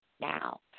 now